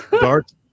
Dart